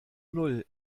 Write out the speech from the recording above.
null